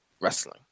Wrestling